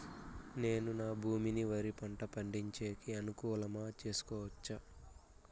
నేను నా భూమిని వరి పంట పండించేకి అనుకూలమా చేసుకోవచ్చా?